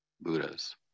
buddhas